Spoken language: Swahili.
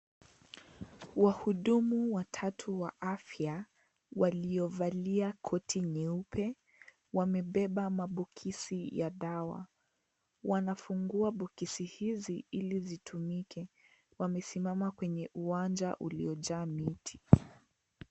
Wahudumu watatu wa afya waliovalia koti nyeupe, wamebeba maboksi ya dawa wanafungua boksi hizi ili zitumike. Wamesimama kwenye uwanja uliojaa miti.